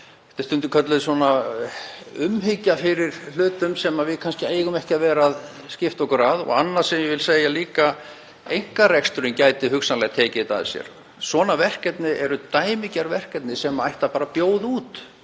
þetta er stundum kölluð umhyggja fyrir hlutum sem við eigum ekki að vera að skipta okkur af. Og annað sem ég vil segja líka: Einkareksturinn gæti hugsanlega tekið þetta að sér. Svona verkefni eru dæmigerð verkefni sem ætti bara að bjóða út.